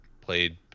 played